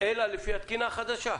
אלא לפי התקינה החדשה.